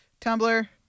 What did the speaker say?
Tumblr